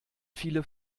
viele